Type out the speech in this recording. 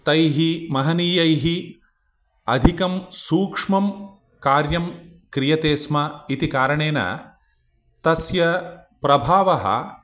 तैः महनीयैः अधिकं सूक्ष्मं कार्यं क्रियते स्म इति कारणेन तस्य प्रभावः